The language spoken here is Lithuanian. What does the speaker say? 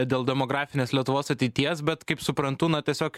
dėl demografinės lietuvos ateities bet kaip suprantu na tiesiog